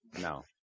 No